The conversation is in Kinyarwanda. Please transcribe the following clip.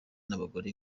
n’abagore